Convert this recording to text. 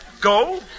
go